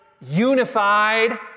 unified